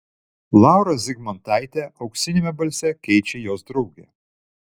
laurą zigmantaitę auksiniame balse keičia jos draugė